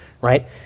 right